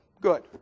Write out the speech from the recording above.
Good